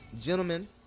gentlemen